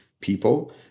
people